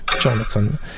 Jonathan